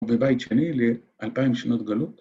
‫ובבית שני, לאלפיים שנות גלות.